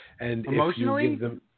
Emotionally